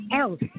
else